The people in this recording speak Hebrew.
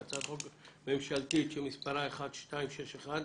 הצעת חוק ממשלתית שמספרה 1261,